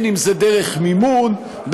אם דרך מימון,